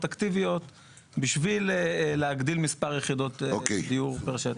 אקטיביות בשביל להגדיל מספר יחידות דיור פר שטח.